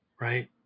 right